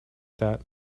that